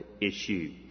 issue